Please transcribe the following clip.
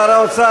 שר האוצר?